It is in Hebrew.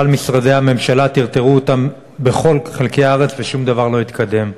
אבל משרדי הממשלה טרטרו אותם בכל חלקי הארץ ושום דבר לא התקדם.